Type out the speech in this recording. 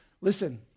Listen